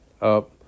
up